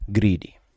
greedy